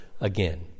again